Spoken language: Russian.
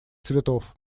цветов